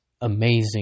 amazing